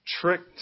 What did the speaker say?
tricked